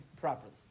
properly